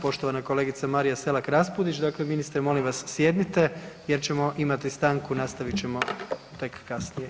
Poštovana kolegica Marija Selak Raspudić, dakle, ministre, molim vas sjednite jer ćemo imati stanku, nastavit ćemo tek kasnije.